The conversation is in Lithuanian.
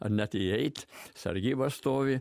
ar net įeit sargyba stovi